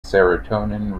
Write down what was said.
serotonin